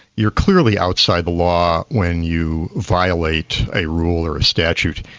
you're clearly outside the law when you violate a rule or a statute,